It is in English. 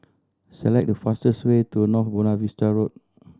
select the fastest way to North Buona Vista Road